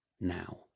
now